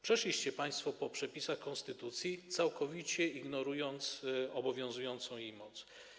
Przeszliście państwo po przepisach konstytucji, całkowicie ignorując obowiązującą jej moc.